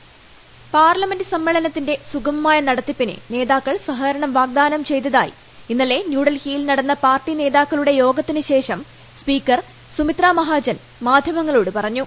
voice parliament സമ്മേളനത്തിന്റെ സുഗമമായ നടത്തിപ്പിന് നേതാക്കൾ സഹകരണം വാഗ്ദാനം ചെയ്തതായി ഇന്നലെ ന്യൂഡൽഹിയിൽ നടന്ന പാർട്ടി നേതാക്കളുടെ യോഗത്തിനുശേഷം സ്പീക്കർ മാധ്യമങ്ങളോട് പറഞ്ഞു